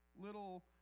little